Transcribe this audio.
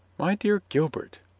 my dear gilbert,